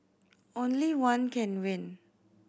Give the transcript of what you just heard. only one can win